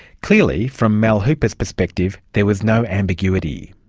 clearly, from mal hooper's perspective, there was no ambiguity.